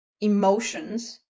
emotions